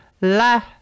La